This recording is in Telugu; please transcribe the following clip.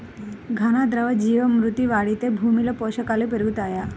ఘన, ద్రవ జీవా మృతి వాడితే భూమిలో పోషకాలు పెరుగుతాయా?